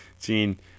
Gene